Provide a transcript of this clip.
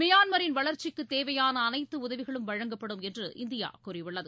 மியான்மரின் வளர்ச்சிக்கு தேவையான அனைத்து உதவிகளும் வழங்கப்படும் என்று இந்தியா கூறியுள்ளது